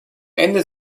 ende